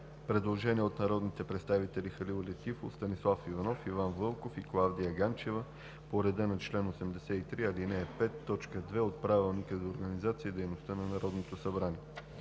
Предложение от народните представители Халил Летифов, Станислав Иванов, Иван Вълков и Клавдия Ганчева по реда на чл. 83, ал. 5, т. 2 от Правилника за организацията и дейността на Народното събрание.